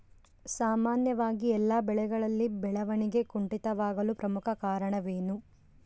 ಸಾಮಾನ್ಯವಾಗಿ ಎಲ್ಲ ಬೆಳೆಗಳಲ್ಲಿ ಬೆಳವಣಿಗೆ ಕುಂಠಿತವಾಗಲು ಪ್ರಮುಖ ಕಾರಣವೇನು?